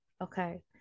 Okay